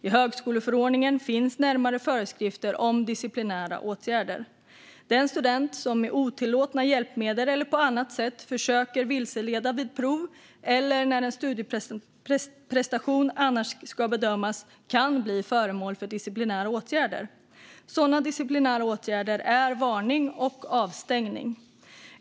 I högskoleförordningen finns närmare föreskrifter om disciplinära åtgärder. Den student som med otillåtna hjälpmedel eller på annat sätt försöker vilseleda vid prov eller när en studieprestation annars ska bedömas kan bli föremål för disciplinära åtgärder. Sådana disciplinära åtgärder är varning och avstängning.